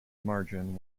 margin